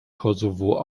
kosovo